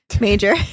major